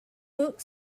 book